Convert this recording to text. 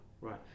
right